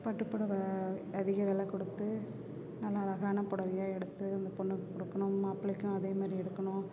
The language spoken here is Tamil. பட்டுப்புடவ அதிக விலை கொடுத்து நல்ல அழகான புடவையா எடுத்து அந்தப் பொண்ணுக்குக் கொடுக்கணும் மாப்பிள்ளைக்கும் அதே மாதிரி எடுக்கணும்